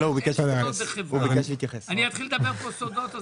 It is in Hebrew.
אני רוצה להגיע לחקר האמת.